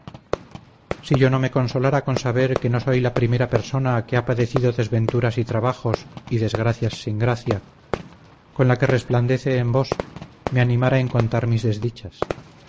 si yo no me consolara con saber que no soy la primera persona que ha padecido desventuras y trabajos y desgracias sin gracia con la que resplandece en vos me animara en contar mis desdichas